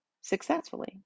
successfully